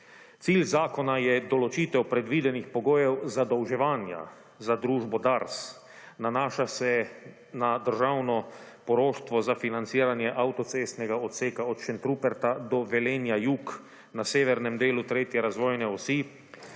Cilj zakona je določitev predvidenih pogojev zadolževanja za družbo Dars, nanaša se na državno poroštvo za financiranje avtocestnega odseka od Šentruperta do Velenja jug na severnem delu tretje razvojne osi